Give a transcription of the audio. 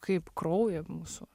kaip kraujo mūsų